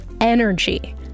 energy